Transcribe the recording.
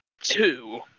Two